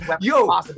Yo